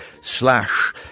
slash